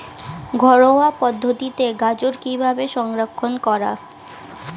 ঘরোয়া পদ্ধতিতে গাজর কিভাবে সংরক্ষণ করা?